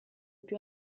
più